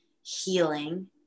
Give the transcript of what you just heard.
healing